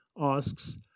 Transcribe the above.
asks